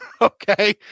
Okay